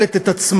מסנדלת את עצמה,